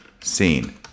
seen